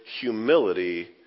humility